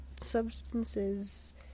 substances